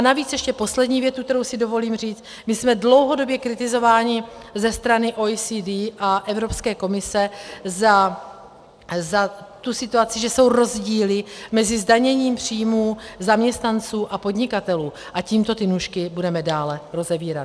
Navíc ještě poslední větu, kterou si dovolím říci my jsme dlouhodobě kritizováni ze strany OECD a Evropské komise za situaci, že jsou rozdíly mezi zdaněním příjmů zaměstnanců a podnikatelů, a tímto ty nůžky budeme dále rozevírat.